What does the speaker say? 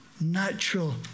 natural